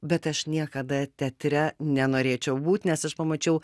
bet aš niekada teatre nenorėčiau būt nes aš pamačiau